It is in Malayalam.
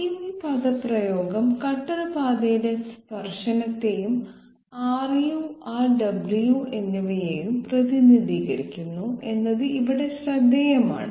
ഈ പദപ്രയോഗം കട്ടർ പാതയിലെ സ്പർശനത്തെയും Ru Rw എന്നിവയെയും പ്രതിനിധീകരിക്കുന്നു എന്നത് ഇവിടെ ശ്രദ്ധേയമാണ്